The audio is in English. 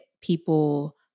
people